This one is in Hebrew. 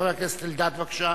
חבר הכנסת אלדד, בבקשה.